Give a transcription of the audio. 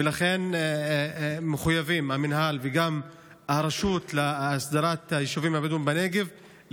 ולכן המינהל וגם הרשות להסדרת היישובים הבדואיים בנגב מחויבים